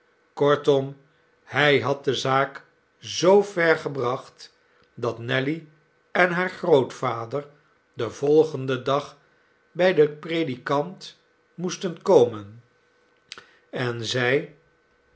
kortom hij had de zaak zoover gebracht dat nelly en haar grootvader den volgenden dag bij den predikant moesten komen en zij